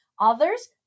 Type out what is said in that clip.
Others